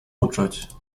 uczuć